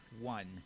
One